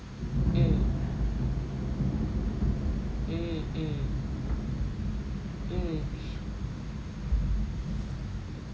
mm mm mm mm